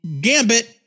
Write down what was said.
gambit